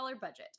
budget